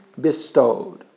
bestowed